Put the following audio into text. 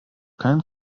kein